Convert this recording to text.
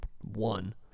one